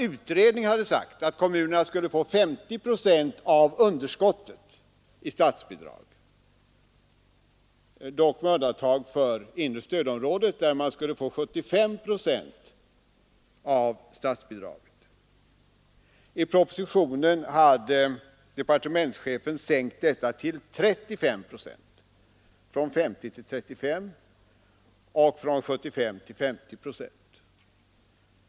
Utredningen hade sagt att kommunerna skulle få 50 procent av underskottet i statsbidrag — dock med undantag för det inre stödområdet, där kommunerna skulle få 75 procent av underskottet. I propositionen hade departementschefen gjort en sänkning från 50 till 35 procent och från 75 till 50 procent.